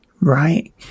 right